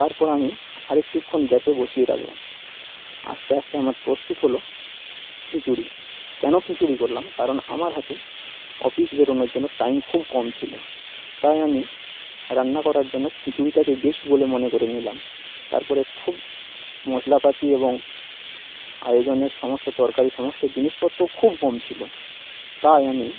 তারপর আমি আরেকটুক্ষণ গ্যাসে বসিয়ে রাখলাম আস্তে আস্তে আমার প্রস্তুত হল খিচুড়ি কেন খিচুড়ি করলাম কারণ আমার হাতে অফিস বেরোনোর জন্য টাইম খুব কম ছিল তাই আমি রান্না করার জন্য খিচুড়িটাকেই বেস্ট বলে মনে করে নিলাম তারপরে খুব মশলাপাতি এবং আয়োজনের সমস্ত তরকারি সমস্ত জিনিসপত্রও খুব কম ছিল তাই আমি